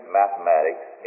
mathematics